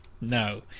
No